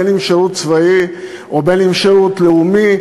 אם שירות צבאי ואם שירות לאומי,